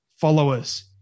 followers